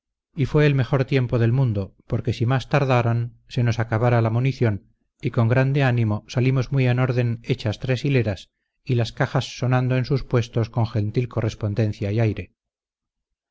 y fue el mejor tiempo del mundo porque si más tardaran se nos acabara la munición y con grande ánimo salimos muy en orden hechas tres hileras y las cajas sonando en sus puestos con gentil correspondencia y aire